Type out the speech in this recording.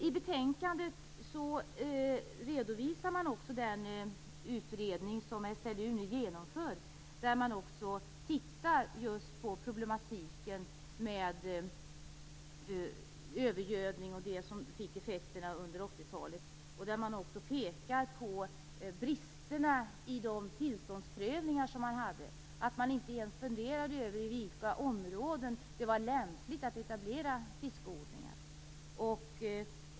I betänkandet redovisar man också den utredning som SLU nu genomför, där man bl.a. tittar just på problematiken med övergödning och det som fick effekter under 80-talet. Man pekar även på bristerna i de tillståndsprövningar som gjordes. Man funderade inte ens över i vilka områden det var lämpligt att etablera fiskodlingar.